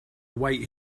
await